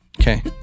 Okay